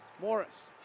Morris